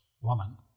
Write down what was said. woman